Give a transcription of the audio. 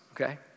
okay